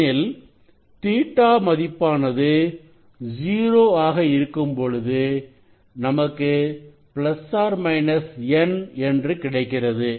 எனில் Ɵ மதிப்பானது 0 ஆக இருக்கும்பொழுது நமக்கு பிளஸ் ஆர் மைனஸ் N என்று கிடைக்கிறது